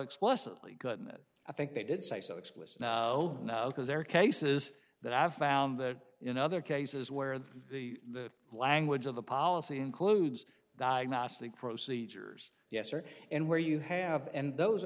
explicitly couldn't it i think they did say so explicitly because their cases but i've found that in other cases where the the language of the policy includes diagnostic procedures yes or and where you have and those